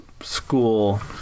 school